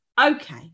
okay